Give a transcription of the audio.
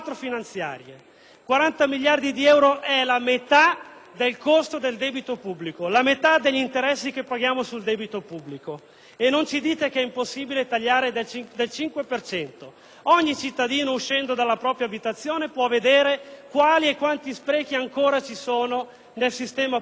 40 miliardi di euro è la metà del costo del debito pubblico, la metà degli interessi che paghiamo sul debito pubblico. Non diteci che è impossibile tagliare la spesa pubblica del 5 per cento: ogni cittadino uscendo dalla propria abitazione può vedere quali e quanti sprechi ancora ci sono nel sistema pubblico italiano.